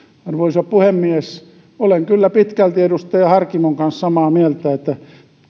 arvoisa puhemies olen kyllä pitkälti edustaja harkimon kanssa samaa mieltä että